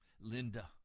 Linda